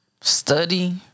study